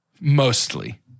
Mostly